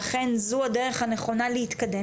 שאכן זו הדרך הנכונה להתקדם,